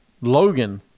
Logan